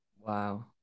wow